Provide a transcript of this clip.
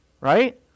Right